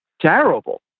Terrible